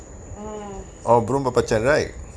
mm